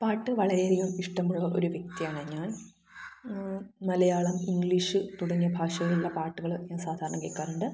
പാട്ടു വളരെ അധികം ഇഷ്ടമുള്ള ഒരു വ്യക്തിയാണ് ഞാന് മലയാളം ഇംഗ്ലീഷ് തുടങ്ങിയ ഭാഷകളിലുള്ള പാട്ടുകൾ ഞാന് സാധാരണ കേൾക്കാറുണ്ട്